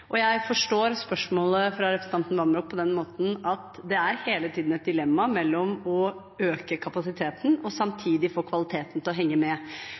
Jeg forstår spørsmålet fra representanten Vamraak på den måten at det hele tiden er et dilemma mellom å øke kapasiteten og samtidig få kvaliteten til å henge med.